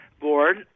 board